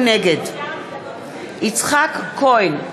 נגד יצחק כהן,